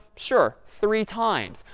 sure, three times.